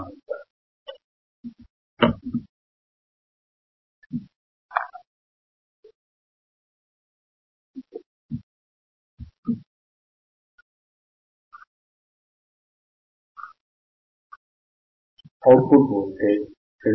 out put voltage 2